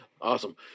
Awesome